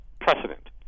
precedent